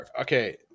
Okay